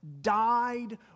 died